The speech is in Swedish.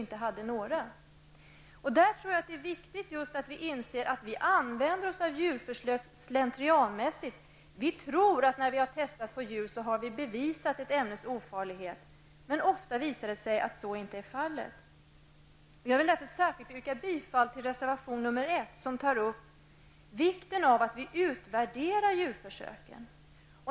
Mot den bakgrunden tror jag alltså att det är viktigt att vi inser att vi slentrianmässigt använder oss av djurförsök. Vi tror att vi, när vi har testat ett ämne på djur, har bevisat ämnets ofarlighet. Men ofta visar det sig att så inte är fallet. Jag yrkar således bifall till reservation nr 1, som handlar om vikten av vi utvärdar djurförsöken.